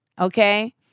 Okay